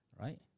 right